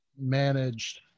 managed